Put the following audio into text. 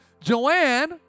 Joanne